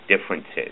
differences